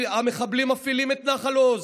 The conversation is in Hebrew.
המחבלים מפעילים את נחל עוז,